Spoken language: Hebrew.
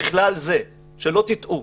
ובכלל זה, שלא תטעו.